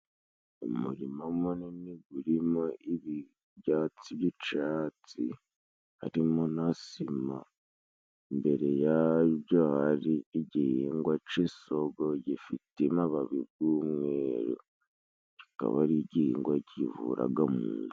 Umurima munini urimo ibi byatsi by'icatsi harimo na sima, imbere ya byo hari igihingwa c'isogo gifite amababi g'umweru, kikaba ari igihingwa kivuraga mu nda.